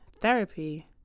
therapy